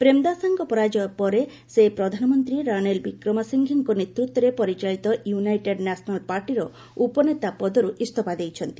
ପ୍ରେମଦାଶାଙ୍କ ପରାଜୟ ପରେ ସେ ପ୍ରଧାନମନ୍ତ୍ରୀ ରାନିଲ୍ ବିକ୍ରମସିଫେଙ୍କ ନେତୃତ୍ୱରେ ପରିଚାଳିତ ୟୁନାଇଟେଡ ନ୍ୟାଶନାଲ ପାର୍ଟିର ଉପନେତା ପଦରୁ ଇଞ୍ଜଫା ଦେଇଛନ୍ତି